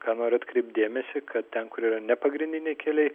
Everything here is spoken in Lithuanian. ką noriu atkreipt dėmesį kad ten kur yra nepagrindiniai keliai